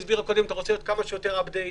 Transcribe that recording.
אתה רוצה להיות כמה שיותר מעודכן,